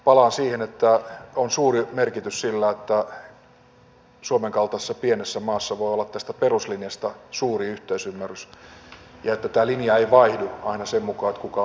palaan siihen että on suuri merkitys sillä että suomen kaltaisessa pienessä maassa voi olla tästä peruslinjasta suuri yhteisymmärrys ja että tämä linja ei vaihdu aina sen mukaan kuka on hallituksessa